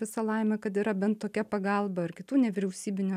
visa laimė kad yra bent tokia pagalba ar kitų nevyriausybinių